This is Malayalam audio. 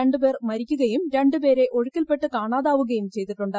രണ്ടുപേർ മരിക്കുകയും രണ്ടുപേരെ ഒഴൂക്കീൽപെട്ട് കാണാതാവുകയും ചെയ്തിട്ടുണ്ട്